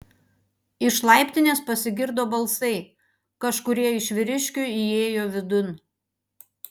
iš laiptinės pasigirdo balsai kažkurie iš vyriškių įėjo vidun